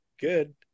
good